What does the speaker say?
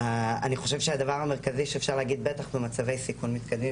אני חושב שהדבר המרכזי שאפשר להגיד - בטח במצבי סיכון מתקדמי,